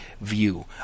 view